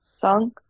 song